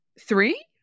Three